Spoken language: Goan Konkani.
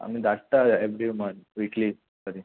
आमी धाडटा एवरी मंथ विकली तरी